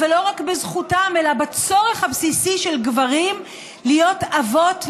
אבל לא רק בזכותם אלא בצורך הבסיסי של גברים להיות אבות,